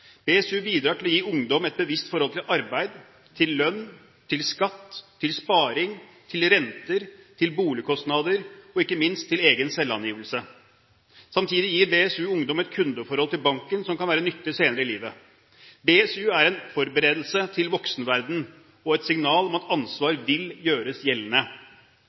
BSU bidrar til å gi ungdom et bevisst forhold til arbeid, til lønn, til skatt, til sparing, til renter, til boligkostnader og ikke minst til egen selvangivelse. Samtidig gir BSU ungdom et kundeforhold til banken som kan være nyttig senere i livet. BSU er en forberedelse til voksenverdenen, og et signal om at ansvar vil gjøres gjeldende.